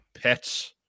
pets